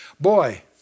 Boy